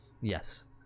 Yes